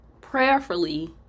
prayerfully